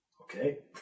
Okay